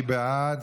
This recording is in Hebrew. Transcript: מי בעד?